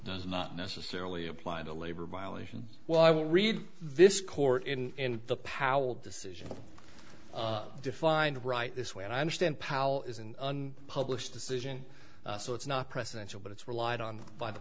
does not necessarily apply to labor violations well i will read this court in the powell decision defined right this way and i understand powell is a published decision so it's not presidential but it's relied on by the